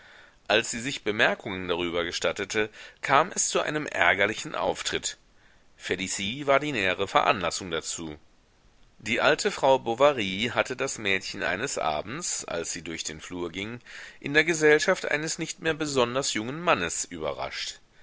als sie sich bemerkungen darüber gestattete kam es zu einem ärgerlichen auftritt felicie war die nähere veranlassung dazu die alte frau bovary hatte das mädchen eines abends als sie durch den flur ging in der gesellschaft eines nicht mehr besonders jungen mannes überrascht